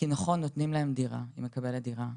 כי נכון, נותנים להן דירה, היא קיבלה דירה.